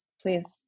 Please